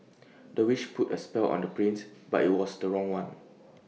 the witch put A spell on the prince but IT was the wrong one